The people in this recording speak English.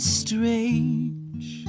strange